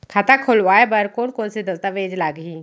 खाता खोलवाय बर कोन कोन से दस्तावेज लागही?